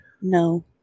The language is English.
no